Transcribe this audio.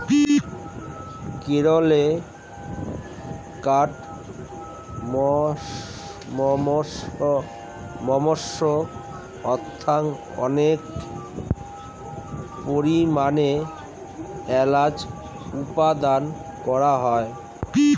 কেরলে কার্ডমমস্ অর্থাৎ অনেক পরিমাণে এলাচ উৎপাদন করা হয়